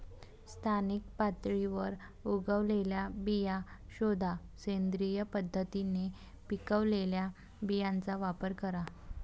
स्थानिक पातळीवर उगवलेल्या बिया शोधा, सेंद्रिय पद्धतीने पिकवलेल्या बियांचा वापर करा